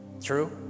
True